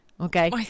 Okay